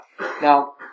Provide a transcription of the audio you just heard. Now